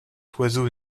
oiseau